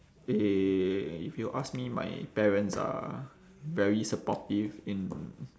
eh if you ask me my parents are very supportive in